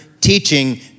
teaching